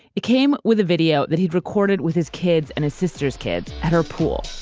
it came with a video that he'd recorded with his kids and his sister's kids at her pool